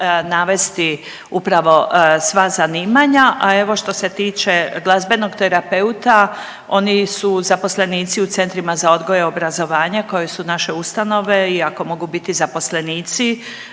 navesti upravo sva zanimanja. A evo što se tiče glazbenog terapeuta oni su zaposlenici u centrima za odgoj i obrazovanje koji su naše ustanove i ako mogu biti zaposlenici